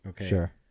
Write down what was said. Sure